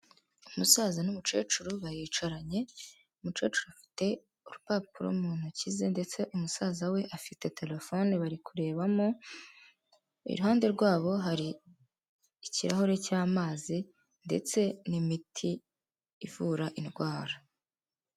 Umusaza n'umukecuru baricaranye, umukecuru afite urupapuro mu ntoki ze ndetse umusaza we afite telefone bari kurebamo, iruhande rwabo hari ikirahure cy'amazi ndetse n'imiti ivura indwara.